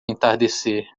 entardecer